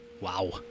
Wow